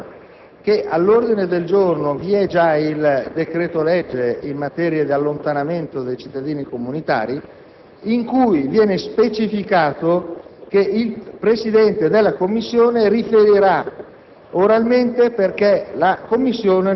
visto, nella bacheca all'ingresso dell'Aula, che all'ordine del giorno vi è già il decreto-legge in materia di allontanamento dei cittadini comunitari, in cui viene specificato che il Presidente della Commissione riferirà